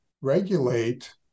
regulate